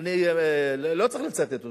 אני לא צריך לצטט אותו.